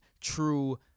true